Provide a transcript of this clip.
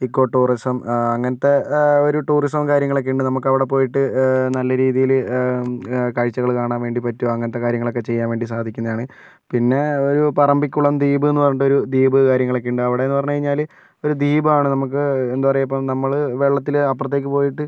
eco tourism അങ്ങനത്തെ ഒരു ടൂറിസവും കാര്യങ്ങളൊക്കയുണ്ട് നമുക്കവിടെ പോയിട്ട് നല്ല രീതിയിൽ കാഴ്ചകൾ കാണാൻ വേണ്ടി പറ്റും അങ്ങനത്തെ കാര്യങ്ങൾ ചെയ്യാൻ വേണ്ടി സാധിക്കുന്നതാണ് പിന്നെ ഒരു പറമ്പിക്കുളം ദ്വീപ് എന്ന് പറഞ്ഞിട്ടൊരു ദ്വീപ് കാര്യങ്ങളൊക്കെ ഉണ്ട് അവിടെയെന്ന് പറഞ്ഞ് കഴിഞ്ഞാൽ ഒരു ദ്വീപാണ് നമുക്ക് എന്താ പറയുക ഇപ്പം നമ്മൾ വെള്ളത്തിൽ അപ്പുറത്തേക്ക് പോയിട്ട്